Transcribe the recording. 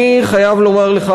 אני חייב לומר לך,